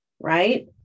Right